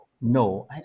No